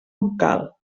vocal